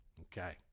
Okay